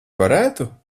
varētu